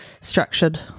structured